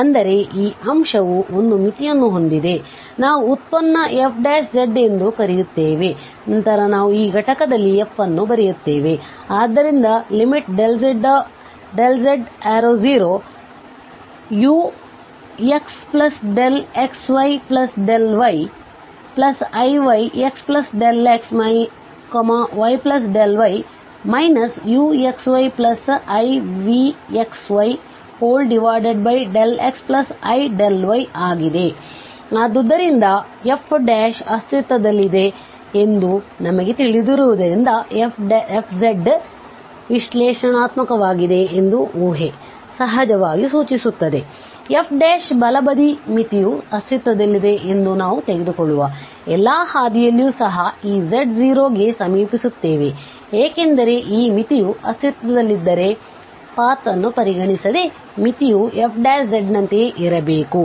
ಅಂದರೆ ಈ ಅಂಶವು ಒಂದು ಮಿತಿಯನ್ನು ಹೊಂದಿದೆ ಇದನ್ನು ನಾವು ಉತ್ಪನ್ನ f ಎಂದು ಕರೆಯುತ್ತೇವೆ ನಂತರ ನಾವು ಈ ಘಟಕದಲ್ಲಿ f ನ್ನು ಬರೆಯುತ್ತೇವೆ ಆದ್ದರಿಂದ z→0uxxyyivxΔxyy uxyivxyxiy ಆಗಿದೆ ಆದ್ದರಿಂದ f ಅಸ್ತಿತ್ವದಲ್ಲಿದೆ ಎಂದು ನಮಗೆ ತಿಳಿದಿರುವುದರಿಂದ f ವಿಶ್ಲೇಷಣಾತ್ಮಕವಾಗಿದೆ ಎಂದು ಊಹೆ ಸಹಜವಾಗಿ ಸೂಚಿಸುತ್ತದೆ f ಬಲ ಬದಿ ಮಿತಿಯು ಅಸ್ತಿತ್ವದಲ್ಲಿದೆ ಎಂದು ನಾವು ತೆಗೆದುಕೊಳ್ಳುವ ಎಲ್ಲಾ ಹಾದಿಯಲ್ಲಿಯೂ ಸಹ ಈ z 0 ಗೆ ಸಮೀಪಿಸುತ್ತವೆ ಏಕೆಂದರೆ ಈ ಮಿತಿಯು ಅಸ್ತಿತ್ವದಲ್ಲಿದ್ದರೆಪಾತ್ ನ್ನು ಪರಿಗಣಿಸದೆ ಮಿತಿಯು f ನಂತೆಯೇ ಇರಬೇಕು